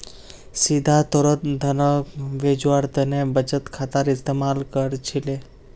सीधा तौरत धनक भेजवार तने बचत खातार इस्तेमाल कर छिले